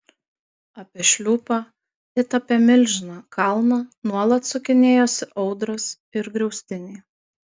apie šliūpą it apie milžiną kalną nuolat sukinėjosi audros ir griaustiniai